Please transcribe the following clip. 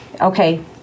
okay